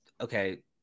okay